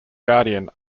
guardian